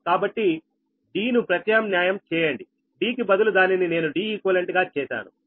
కాబట్టి d ను ప్రత్యామ్న్యాయం చేయండిd కి బదులు దానిని నేను Deq గా చేశాను